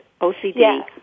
OCD